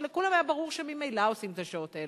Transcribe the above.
כשלכולם היה ברור שממילא עושים את השעות האלה.